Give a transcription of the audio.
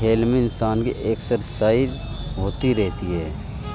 کھیل میں انسان کے ایکسرسائز ہوتی رہتی ہے